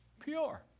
pure